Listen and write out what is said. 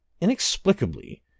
inexplicably